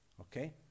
Okay